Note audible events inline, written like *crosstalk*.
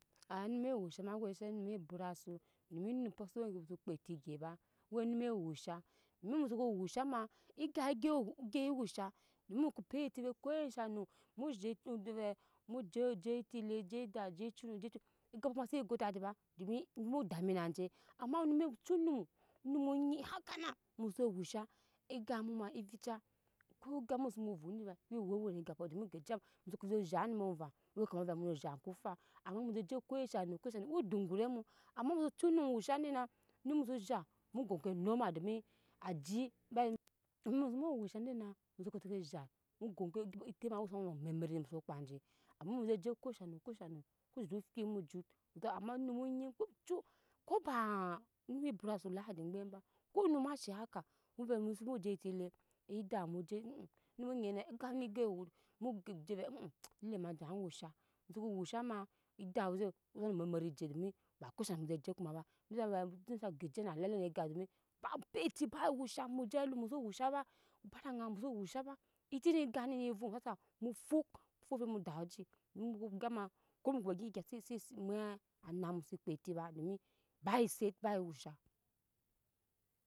Ai nume wusha ma ge she nume bora asu domi enupɔ su we no ve kpɛ eti gyi ba we nume wusha domi muso ko wusha ma egap gyi wu gyi wusha domi mukoo pɛi eti ko esha num zha de ve ju je eti le je eda je ecuno je cuno egapɔ koma se zhoro go. edadi ba domi mu dami na je ama nume wu cu onum numo nyi hakana mu su wush agap mu ma avica ko egap mu su vum dina wi we we re egapɔ domi gegiya mu so koju zhat numo vɛ we kma muno zhat numo vɛ we kama muno zhat numo vɛ we kama muno zhat ko faa ama muzu je ko sha num ko esha num wu dogora mu ama mu je cu enum wusha dina onum muso zhat mu go ke numal domi aji be mu su bu wusha dina mu oke eti ma ewe sa mu no memeri muso kpa je ama muso je ko asha num ko sha num u zhoro fu mu ejut ama numo gyi ko jut ko baa nume bora asu ladi kpɛm bako num asha haka mu ve musu bo je eti le edu mu je *hesitation* onum njina egap ne gyap wuto mu je ve *hesitation* *noise* ele mada wush muso ko wusha ma ada muzu we no ome meri je domi ba ko sha num muso je koma ba mu ze we mu je gegi na le ni gap domi pai eti ba wusha mu je alum ba wusha baba da aŋa muso wusha ba eti ni gap nina vum mu fɔk fɔk mu dak oji muko gya ma ko mu ga gyi gya se mwɛt ana muso kpa eti ba domi ba set ba ewusha.